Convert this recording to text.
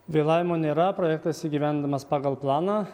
vėlavimo nėra projektas įgyvendinamas pagal planą